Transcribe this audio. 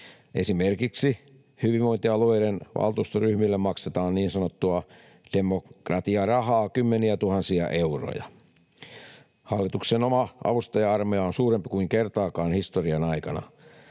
esimerkiksi hyvinvointialueiden valtuustoryhmille maksetaan niin sanottua demokratiarahaa kymmeniätuhansia euroja. Hallituksen oma avustaja-armeija on suurempi kuin kertaakaan historian aikana.